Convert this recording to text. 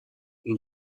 این